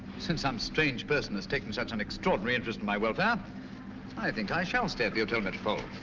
since some strange person has taken such an extraordinary interest in my welfare i think i shall stay at the hotel metropole.